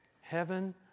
Heaven